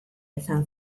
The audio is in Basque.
izan